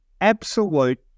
Absolute